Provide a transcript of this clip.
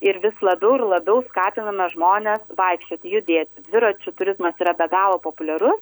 ir vis labiau ir labiau skatiname žmones vaikščioti judėti dviračių turizmas yra be galo populiaru